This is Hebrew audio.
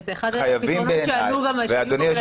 זה אחד הפתרונות שעלו גם --- חייבים בעיניי,